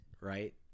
right